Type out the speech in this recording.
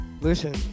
Listen